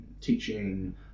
teaching